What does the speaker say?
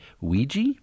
Ouija